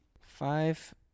Five